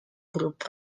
group